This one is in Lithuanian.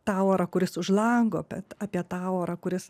tą orą kuris už lango bet apie tą orą kuris